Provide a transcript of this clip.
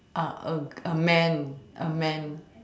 ah a man a man